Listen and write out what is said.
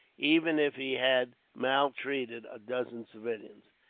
even if he had maltreated a dozen civilians.